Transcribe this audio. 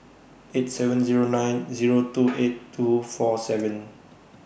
eight seven Zero nine Zero two eight two four seven